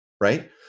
Right